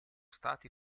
stati